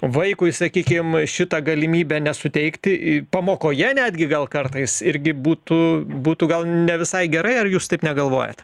vaikui sakykim šitą galimybę nesuteikti pamokoje netgi gal kartais irgi būtų būtų gal ne visai gerai ar jūs taip negalvojat